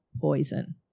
poison